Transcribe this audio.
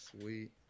Sweet